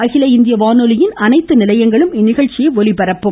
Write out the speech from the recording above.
அகில இந்திய வானொலியின் அனைத்து நிலையங்களும் இந்நிகழ்ச்சியை ஒலிபரப்பு செய்யும்